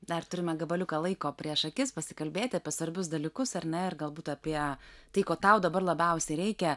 dar turime gabaliuką laiko prieš akis pasikalbėti apie svarbius dalykus ar ne ir galbūt apie tai ko tau dabar labiausiai reikia